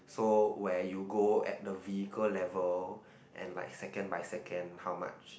so where you go at the vehicle level and like second by second how much